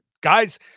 guys